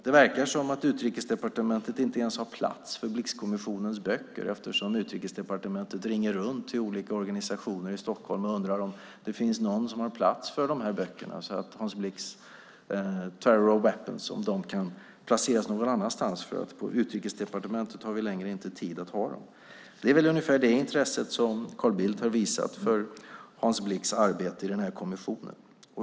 Det verkar som att Utrikesdepartementet inte ens har plats för Blixkommissionens böcker eftersom Utrikesdepartementet ringer runt till olika organisationer i Stockholm och undrar om det finns någon som har plats för böckerna, Weapons of Terror , så att de kan placeras någon annanstans eftersom de inte längre har tid att ha dem. Det är väl ungefär det intresset som Carl Bildt har visat för Hans Blix arbete i kommissionen.